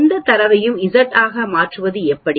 எந்த தரவையும் Z ஆக மாற்றுவது எப்படி